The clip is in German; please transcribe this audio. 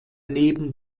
neben